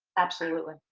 absolutely.